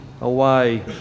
away